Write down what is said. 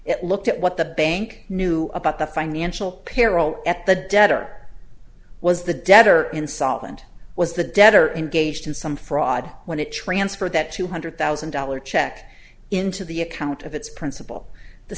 it looked at what the bank knew about the financial peril at the debtor was the debtor insolvent was the debtor engaged in some fraud when it transferred that two hundred thousand dollars check into the account of its principal the